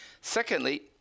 Secondly